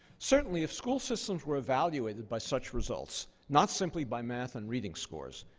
certainly if school systems were evaluated by such results, not simply by math and reading scores,